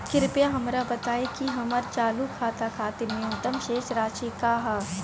कृपया हमरा बताइं कि हमर चालू खाता खातिर न्यूनतम शेष राशि का ह